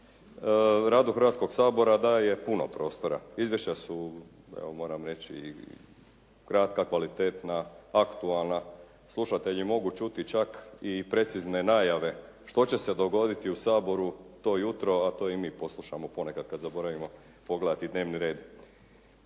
radu Hrvatskog sabora daje puno prostora. Izvješća su evo moram reći kratka, kvalitetna, aktualna. Slušatelji mogu čuti čak i precizne najave što će se dogoditi u Saboru to jutro, a to i mi poslušamo ponekad kad zaboravimo pogledati dnevni red.